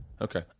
Okay